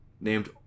Named